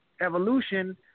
Evolution